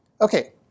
Okay